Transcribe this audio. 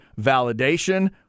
validation